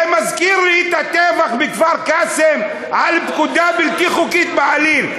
זה מזכיר לי את הטבח בכפר-קאסם בפקודה בלתי חוקית בעליל.